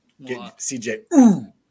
CJ